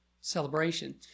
celebration